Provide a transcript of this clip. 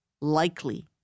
likely